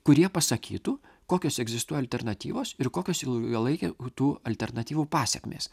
kurie pasakytų kokios egzistuoja alternatyvos ir kokios ilgalaikė būtų alternatyvų pasekmės